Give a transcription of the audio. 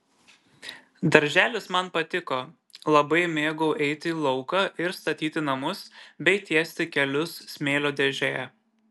darželis man patiko labai mėgau eiti į lauką ir statyti namus bei tiesti kelius smėlio dėžėje